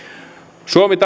suomi